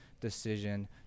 decision